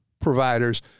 providers